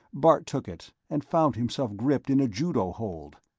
bart took it and found himself gripped in a judo hold.